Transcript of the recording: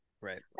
Right